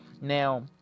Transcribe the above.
Now